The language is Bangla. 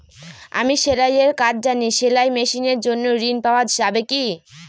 আমি সেলাই এর কাজ জানি সেলাই মেশিনের জন্য ঋণ পাওয়া যাবে কি?